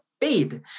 paid